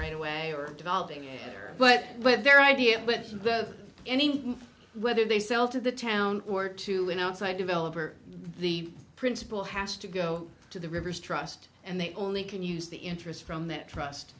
right away or developing but with their idea with anyone whether they sell to the town or to an outside developer the principal has to go to the river's trust and they only can use the interest from that trust